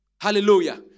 Hallelujah